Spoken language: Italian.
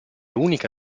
unica